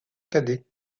cadet